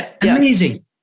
Amazing